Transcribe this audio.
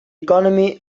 economy